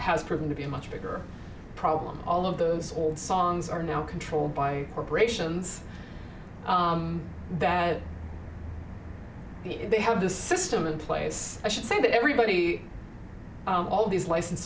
has proven to be a much bigger problem all of those old songs are now controlled by corporations that they have this system in place i should say that everybody all these